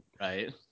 Right